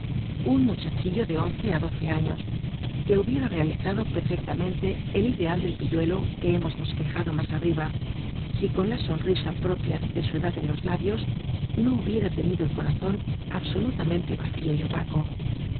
un muchachillo de once á doce años que hubiera realizado perfectamente el ideal del pilludo que hemos bosquejado mas arriba si con la sonrisa propia de su edad en los labios no hubiera tenido el corazon absolutamente vacío y opaco